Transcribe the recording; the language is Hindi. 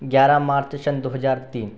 ग्यारह मार्च सन दो हजार तीन